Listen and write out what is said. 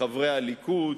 שחברי הליכוד,